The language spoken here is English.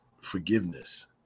forgiveness